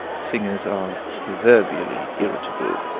singers are proverbially irritable!